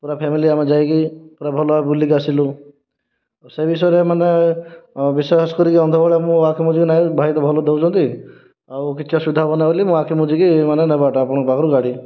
ପୁରା ଫ୍ୟାମିଲି ଆମେ ଯାଇକି ପୁରା ଭଲ ଭାବରେ ବୁଲିକି ଆସିଲୁ ସେ ବିଷୟରେ ମାନେ ବିଶ୍ୱାସ କରିକି ଅନ୍ଧ ଭଳିଆ ମୁଁ ଆଖି ବୁଜିକି ନାହିଁ ଭାଇ ତ ଭଲ ଦେଉଛନ୍ତି ଆଉ କିଛି ଅସୁବିଧା ହେବନି ବୋଲି ମୁଁ ଆଖି ବୁଜିକି ମାନେ ନେବାଟା ଆପଣଙ୍କ ପାଖରୁ ଗାଡ଼ି